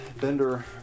Bender